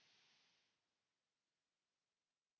Kiitos